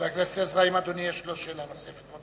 חבר הכנסת עזרא, האם לאדוני יש שאלה נוספת?